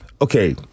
Okay